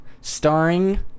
starring